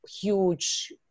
huge